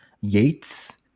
yates